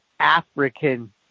African